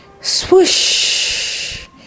Swoosh